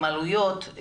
עם עלויות.